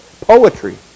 Poetry